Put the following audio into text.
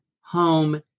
home